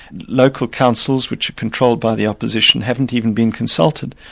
local councils, which are controlled by the opposition, haven't even been consulted.